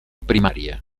primarie